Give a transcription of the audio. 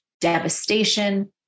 devastation